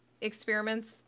experiments